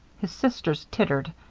his sisters tittered.